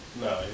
No